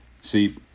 See